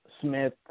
Smith